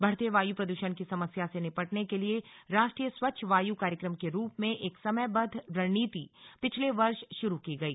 बढ़ते वायु प्रद्षण की समस्या से निपटने के लिए राष्ट्रीय स्वच्छ वायु कार्यक्रम के रूप में एक समयबद्ध रणनीति पिछले वर्ष शुरू की गई